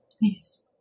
Yes